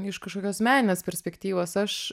iš kažkokios meninės perspektyvos aš